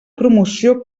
promoció